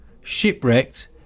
shipwrecked